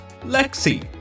Lexi